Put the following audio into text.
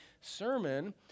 sermon